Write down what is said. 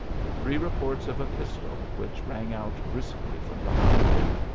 the three reports of a pistol, which rang out briskly from behind him,